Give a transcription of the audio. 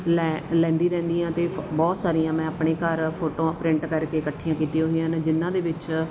ਲੈ ਲੈਂਦੀ ਰਹਿੰਦੀ ਹਾਂ ਅਤੇ ਬਹੁਤ ਸਾਰੀਆਂ ਮੈਂ ਆਪਣੇ ਘਰ ਫੋਟੋਆਂ ਪ੍ਰਿੰਟ ਕਰਕੇ ਇਕੱਠੀਆਂ ਕੀਤੀਆਂ ਹੋਈਆਂ ਨੇ ਜਿਹਨਾਂ ਦੇ ਵਿੱਚ